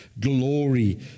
Glory